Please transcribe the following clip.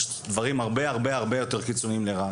יש דברים הרבה יותר קיצוניים לרעה.